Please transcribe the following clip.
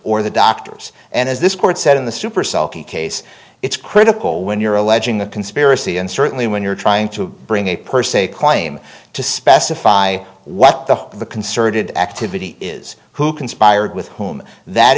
or the doctors and as this court said in the supercell case it's critical when you're alleging the conspiracy and certainly when you're trying to bring a per se claim to specify what the the concerted activity is who conspired with whom that